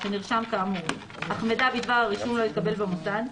שנרשם כאמור אך מידע בדבר הרישום לא התקבל במוסד,